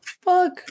Fuck